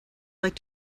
like